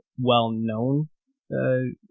well-known